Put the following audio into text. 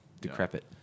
decrepit